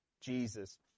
Jesus